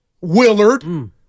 Willard